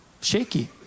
shaky